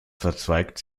verzweigt